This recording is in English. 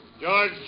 George